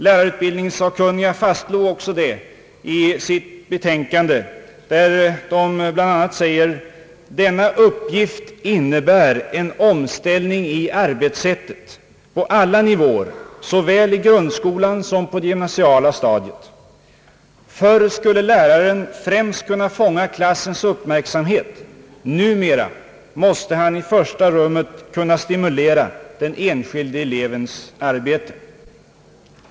Lärarutbildningssakkunniga fastslog också detta i sitt betänkande, där det bl.a. sägs: »Denna uppgift innebär en omställning i arbetssättet på alla nivåer, såväl i grundskolan som på det gymnasiala stadiet.« — >Förr skulle läraren främst kunna fånga klassens uppmärksamhet, numera måste han i första rummet kunna stimulera den enskilde elevens arbete».